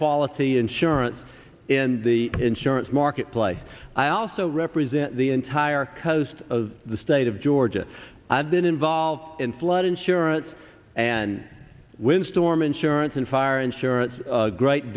quality insurance in the insurance marketplace i also represent the entire coast of the state of georgia i've been involved in flood insurance and windstorm insurance and fire insurance great